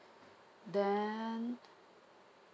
then